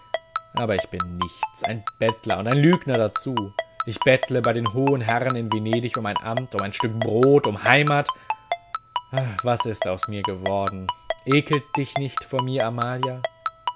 aber ich bin nichts ein bettler und ein lügner dazu ich bettle bei den hohen herrn in venedig um ein amt um ein stück brot um heimat was ist aus mir geworden ekelt dich nicht vor mir amalia